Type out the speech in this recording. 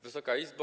Wysoka Izbo!